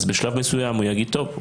אז בשלב מסוים הוא יגיד טוב,